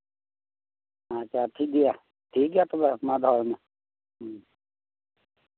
ᱟᱪᱪᱷᱟ ᱴᱷᱤᱠ ᱜᱮᱭᱟ ᱴᱷᱤᱠ ᱜᱮᱭᱟ ᱛᱚᱵᱮ ᱢᱟ ᱫᱚᱦᱚᱭ ᱢᱮ ᱦᱮ